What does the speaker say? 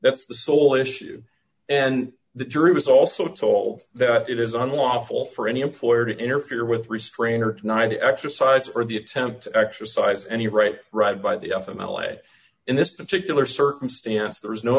that's the sole issue and the jury was also told that it is unlawful for any employer to interfere with restrain or night to exercise for the attempt to exercise any right right by the f m l a in this particular circumstance there is no